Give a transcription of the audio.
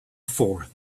fourth